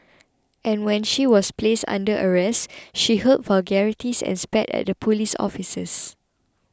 and when she was placed under arrest she hurled vulgarities and spat at the police officers